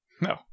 No